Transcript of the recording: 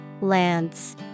Lance